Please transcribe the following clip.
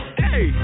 hey